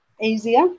easier